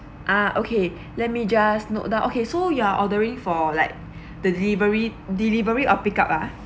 ah okay let me just note that okay so you're ordering for like the delivery delivery or pick up ah